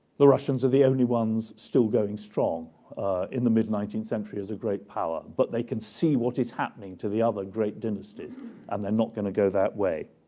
the russians are the only ones still going strong in the mid nineteenth century as a great power, but they can see what is happening to the other great dynasties and they're not going to go that way.